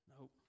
Nope